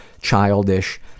childish